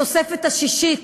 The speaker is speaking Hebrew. התוספת השישית